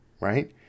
right